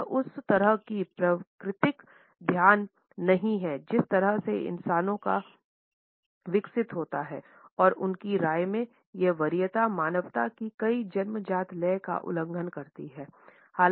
यह उस तरह का प्राकृतिक ध्यान नहीं है जिस तरह से इंसानों का विकसित होता है और उनकी राय में यह वरीयता मानवता की कई जन्मजात लय का उल्लंघन करती है